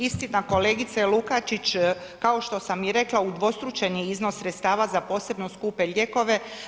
Istina kolegice Lukačić, kao što sam i rekla udvostručen je iznos sredstava za posebno skupe lijekove.